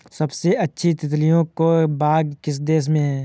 सबसे अधिक तितलियों के बाग किस देश में हैं?